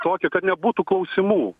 tokį kad nebūtų klausimų